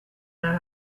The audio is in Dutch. naar